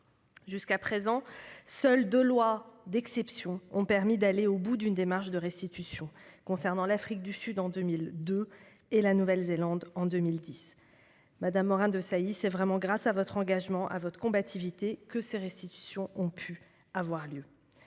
Jusqu'à présent, seules deux lois d'exception ont permis d'aller au bout d'une démarche de restitution, concernant l'Afrique du Sud, en 2002, et la Nouvelle-Zélande, en 2010. Madame Morin-Desailly, c'est grâce à votre engagement et à votre combativité que ces restitutions ont pu avoir lieu.